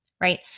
right